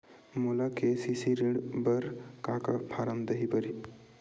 मोला के.सी.सी ऋण बर का का फारम दही बर?